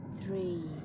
three